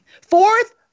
Fourth